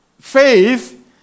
faith